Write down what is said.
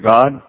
God